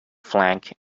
flank